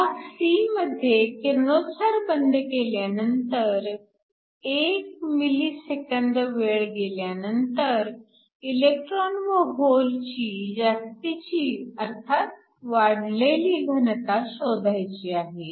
भाग c मध्ये किरणोत्सार बंद केल्यानंतर 1 mS वेळ गेल्यानंतर इलेक्ट्रॉन व होलची जास्तीची अर्थात वाढलेली घनता शोधायची आहे